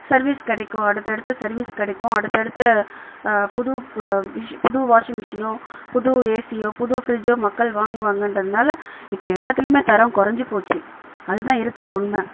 service கிடைக்கும் அடுத்தடுத்த service கிடைக்கும் அடுத்தடுத்த புது மிஷின் புது வாஷிங்மிஷினோடு புது ஏசியோ புது ஃபிரிட்ஜோ மக்கள் வாங்குவாங்கன்றதுனால் இப்போது எல்லாத்துலையுமே தரம் குறஞ்சி போச்சு அதுதான் இருக்கிற உண்மை